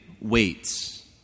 waits